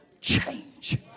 change